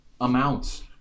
amounts